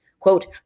Quote